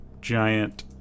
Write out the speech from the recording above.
giant